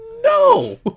No